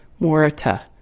Morita